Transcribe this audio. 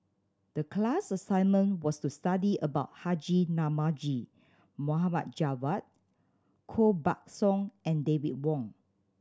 the class assignment was to study about Haji Namazie Mohd Javad Koh Buck Song and David Wong